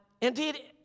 Indeed